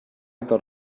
got